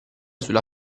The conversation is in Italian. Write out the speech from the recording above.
sulla